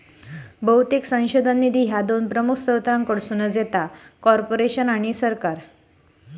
बहुतेक संशोधन निधी ह्या दोन प्रमुख स्त्रोतांकडसून येतत, कॉर्पोरेशन आणि सरकार